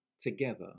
together